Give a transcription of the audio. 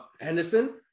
Henderson